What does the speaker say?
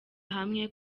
hamwe